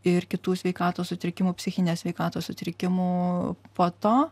ir kitų sveikatos sutrikimų psichinės sveikatos sutrikimų po to